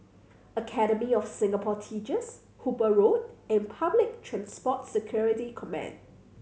Academy of Singapore Teachers Hooper Road and Public Transport Security Command